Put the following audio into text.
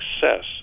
success